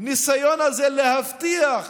בניסיון הזה להבטיח